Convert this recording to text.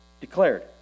declared